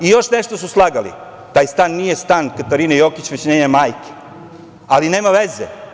Još nešto su slagali, taj stan nije stan Katarine Jokić, već njene majke, ali nema veze.